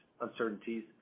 uncertainties